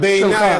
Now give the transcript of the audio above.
בעיני,